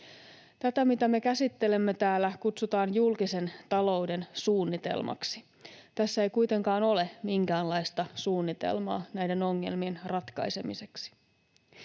Tätä, mitä me käsittelemme täällä, kutsutaan julkisen talouden suunnitelmaksi. Tässä ei kuitenkaan ole minkäänlaista suunnitelmaa näiden ongelmien ratkaisemiseksi.